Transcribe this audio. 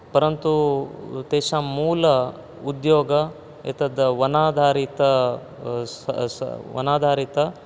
परन्तु तेषां मूल उद्योग एतत् वनाधारितं वनाधारितं